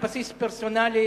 על בסיס פרסונלי,